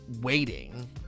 waiting